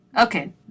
okay